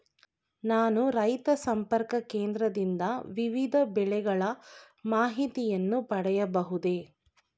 ನಾನು ರೈತ ಸಂಪರ್ಕ ಕೇಂದ್ರದಿಂದ ವಿವಿಧ ಬೆಳೆಗಳ ಮಾಹಿತಿಯನ್ನು ಪಡೆಯಬಹುದೇ?